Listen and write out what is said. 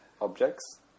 objects